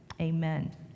Amen